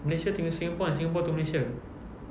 malaysia to singapore and singapore to malaysia